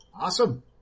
Awesome